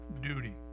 duty